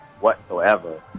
whatsoever